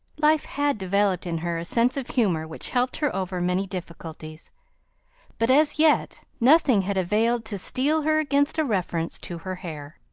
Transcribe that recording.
life had developed in her a sense of humor which helped her over many difficulties but as yet nothing had availed to steel her against a reference to her hair.